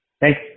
Thanks